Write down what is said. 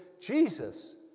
Jesus